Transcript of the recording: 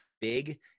big